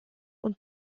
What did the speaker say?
und